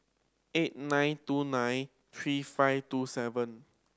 eight nine two nine three five two seven